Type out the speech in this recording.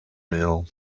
meal